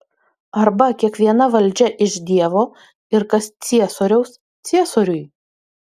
arba kiekviena valdžia iš dievo ir kas ciesoriaus ciesoriui